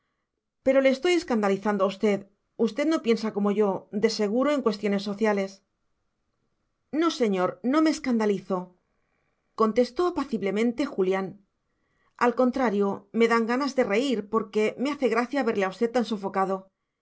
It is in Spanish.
pero le estoy escandalizando a usted usted no piensa como yo de seguro en cuestiones sociales no señor no me escandalizo contestó apaciblemente julián al contrario me dan ganas de reír porque me hace gracia verle a usted tan sofocado